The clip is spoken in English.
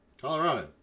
Colorado